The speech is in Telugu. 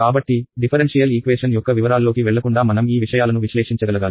కాబట్టి డిఫరెన్షియల్ ఈక్వేషన్ యొక్క వివరాల్లోకి వెళ్లకుండా మనం ఈ విషయాలను విశ్లేషించగలగాలి